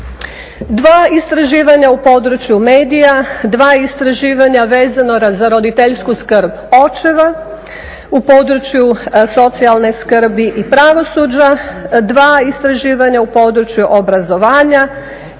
Dva istraživanja u području medija, dva istraživanja vezano za roditeljsku skrb očeva u području socijalne skrbi i pravosuđa, dva istraživanja u području obrazovanja